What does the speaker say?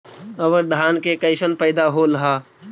अबर धान के कैसन पैदा होल हा?